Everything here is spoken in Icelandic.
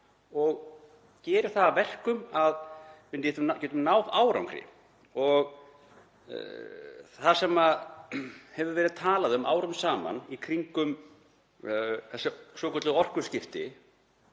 og gera það að verkum að við getum náð árangri. Það sem hefur verið talað um árum saman í kringum svokölluð orkuskipti